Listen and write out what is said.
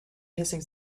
hissing